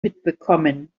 mitbekommen